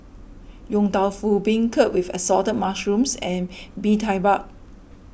Yong Tau Foo Beancurd with Assorted Mushrooms and Bee Tai Bak